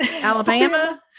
Alabama